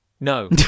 No